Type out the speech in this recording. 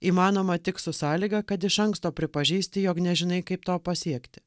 įmanoma tik su sąlyga kad iš anksto pripažįsti jog nežinai kaip to pasiekti